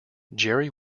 jerry